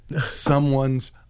someone's